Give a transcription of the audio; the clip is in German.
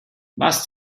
was